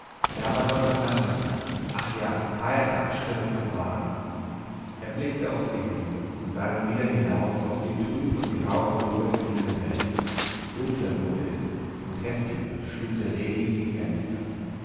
da war sonntagnachmittags ach ja feiertagsstimmung im wagen er blickte auf sie hin und sah dann wieder hinaus auf die trüb und grau vorüberziehende welt dunkler wurde es und heftiger schlug der regen gegen die fenster